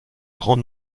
grand